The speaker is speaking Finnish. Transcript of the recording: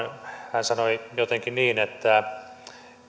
hän sanoi jotenkin niin että